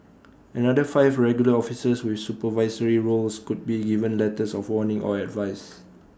another five regular officers with supervisory roles could be given letters of warning or advice